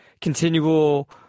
continual